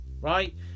right